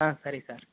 ಹಾಂ ಸರಿ ಸರ್